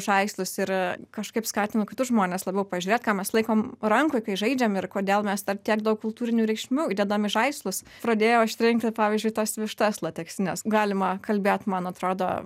žaislus ir kažkaip skatinu kitus žmones labiau pažiūrėt ką mes laikom rankoj kai žaidžiam ir kodėl mes dar tiek daug kultūrinių reikšmių įdedam į žaislus pradėjau aš rinkti pavyzdžiui tas vištas lateksines galima kalbėt man atrodo